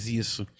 isso